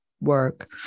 work